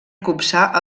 copsar